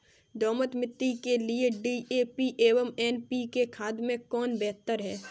दोमट मिट्टी के लिए डी.ए.पी एवं एन.पी.के खाद में कौन बेहतर है?